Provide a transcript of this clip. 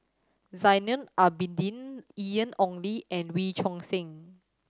Zainal Abidin Ian Ong Li and Wee Choon Seng